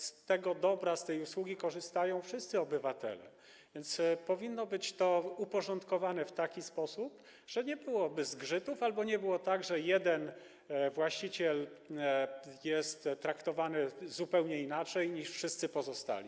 Z tego dobra, z tej usługi korzystają wszyscy obywatele, więc powinno być to uporządkowane w taki sposób, żeby nie było zgrzytów, żeby nie było tak, że jeden właściciel jest traktowany zupełnie inaczej niż wszyscy pozostali.